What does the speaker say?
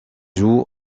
joue